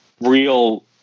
real